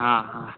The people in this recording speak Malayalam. ആ ഹാ